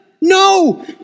No